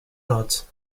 not